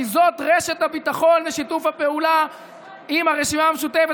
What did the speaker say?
כי זאת רשת הביטחון ושיתוף הפעולה עם הרשימה המשותפת.